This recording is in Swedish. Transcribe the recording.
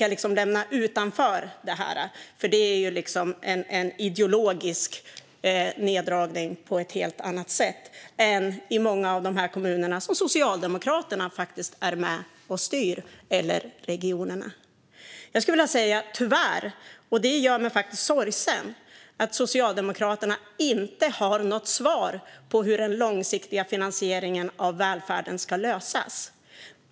Jag lämnar det utanför eftersom det är en ideologisk neddragning - till skillnad från i många av de kommuner och regioner där Socialdemokraterna faktiskt är med och styr. Det gör mig sorgsen att Socialdemokraterna inte har något svar på hur den långsiktiga finansieringen av välfärden ska lösas.